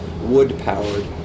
wood-powered